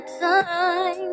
time